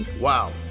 Wow